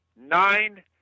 Nine